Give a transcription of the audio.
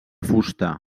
fusta